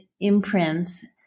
imprints